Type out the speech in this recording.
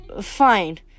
fine